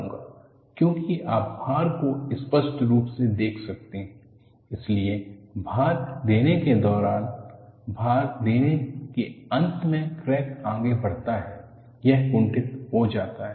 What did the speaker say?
क्योंकि आप भार को स्पष्ट रूप से देख सकते हैं इसलिए भार देने के दौरान भार देने के अंत में क्रैक आगे बढ़ता है यह कुंठित हो जाता है